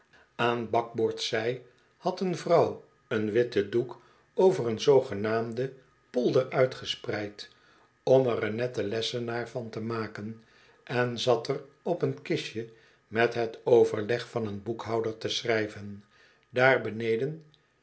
aan bakboordzij had eene vrouw een witten doek over een z g polder uitgespreid om er een netten lessenaar van te maken en zat op een kistje met het overleg van een boekhouder te schrijven daar beneden